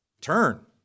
Turn